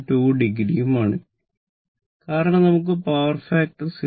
2 o ഉം ആണ് കാരണം നമുക്ക് പവർ ഫാക്ടർ 0